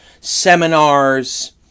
seminars